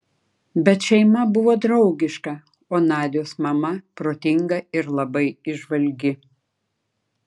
bet šeima buvo draugiška o nadios mama protinga ir labai įžvalgi